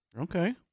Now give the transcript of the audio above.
Okay